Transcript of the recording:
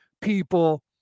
people